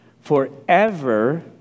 Forever